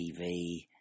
TV